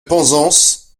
penzance